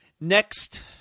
next